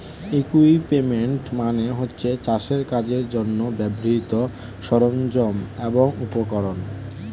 equipment মানে হচ্ছে চাষের কাজের জন্যে ব্যবহৃত সরঞ্জাম এবং উপকরণ